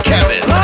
Kevin